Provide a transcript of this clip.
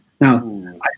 Now